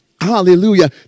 Hallelujah